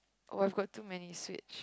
oh I've got too many switch